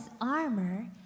armor